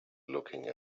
looking